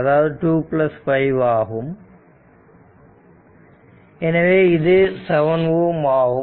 அதாவது 2 5 ஆகும் எனவே இது 7 Ω ஆகும்